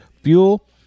fuel